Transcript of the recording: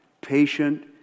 patient